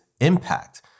impact